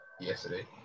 yesterday